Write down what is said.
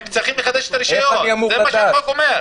הם צריכים לחדש את הרישיון, זה מה שהחוק אומר.